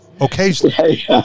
Occasionally